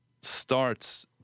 starts